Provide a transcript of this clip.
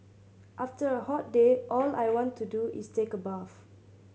after a hot day all I want to do is take a bath